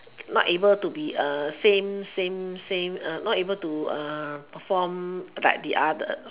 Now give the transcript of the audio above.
not able to be same same same not able to perform like the other